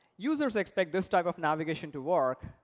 users expect this type of navigation to work,